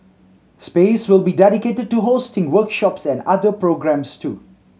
space will be dedicated to hosting workshops and other programmes too